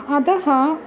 अतः